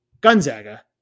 Gonzaga